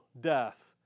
death